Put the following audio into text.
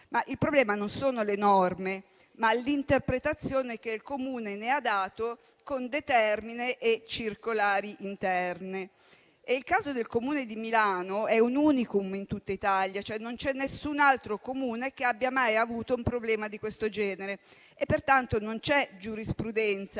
Il problema non sono le norme, ma l'interpretazione che il Comune ne ha dato con determine e circolari interne. Il caso del Comune di Milano è un *unicum* in tutta Italia, cioè non c'è nessun altro Comune che abbia mai avuto un problema di questo genere, pertanto non c'è giurisprudenza